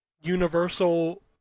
universal